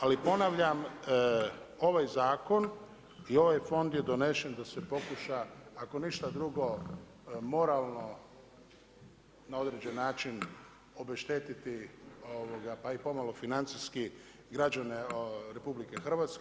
Ali ponavljam ovaj zakon i ovaj fond je donesen da se pokuša ako ništa drugo, moralno na određeni način obeštetiti pa i pomalo financijski građane RH.